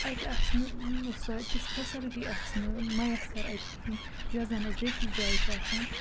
اَتہِ آسہِ نہٕ سۄ تِژھ فیسَلٹی آسہِ نہٕ مَیَسر اَتہِ کِہیٖنۍ یۄس زَن اَسہِ بیٚیہِ کِس جایہِ چھےٚ آسان